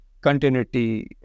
continuity